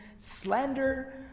slander